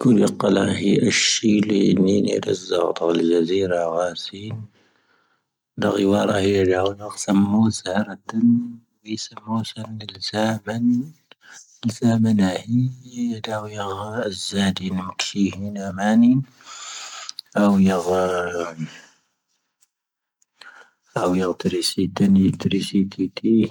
ⴽⵓⵍⴰ ⵇⴰⵍⴰⵀⴻ ⴰⵙⵀⴻⵍⵉⵏⴻ ⵣⴰⵔⵜⴰⵏⵉ ⵢⴰⵣⵉⵔⴰ ⵡⴰⵙⵉ ⵀⵉⵢⴰ ⴰⵇⵙⴰⵏ ⵎⵓⵙⴰ ⵜⴰⵏ ⵎⵓⵙⵍⵉ ⵀⵉⵙⴰ ⴱⴰⵏ ⴰⵓ ⵢⴰⴳⴰⵔⴰⴰⵓ ⵢⴰⴳⵜⴰ ⵔⵉⵙⵉ ⵏⴰⵏⵎ ⵏⴷⵉⵡⵉ ⵏⴷⵉⵡⵉ